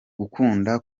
gukunda